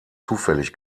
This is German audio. zufällig